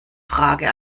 frage